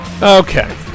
Okay